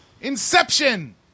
Inception